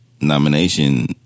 nomination